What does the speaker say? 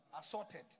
Assorted